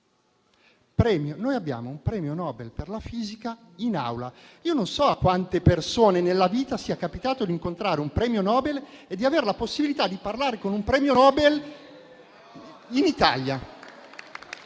Noi abbiamo un premio Nobel per la fisica in Aula: non so a quante persone nella vita sia capitato di incontrare un premio Nobel e di avere la possibilità di parlarci in Italia.